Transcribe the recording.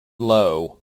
low